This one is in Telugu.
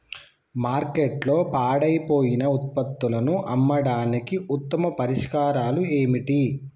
మార్కెట్లో పాడైపోయిన ఉత్పత్తులను అమ్మడానికి ఉత్తమ పరిష్కారాలు ఏమిటి?